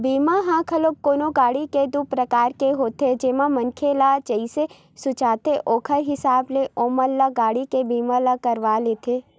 बीमा ह घलोक कोनो गाड़ी के दू परकार ले होथे जेन मनखे ल जइसन सूझथे ओखर हिसाब ले ओमन ह गाड़ी के बीमा ल करवा लेथे